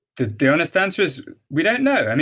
the the honest answer is we don't know. and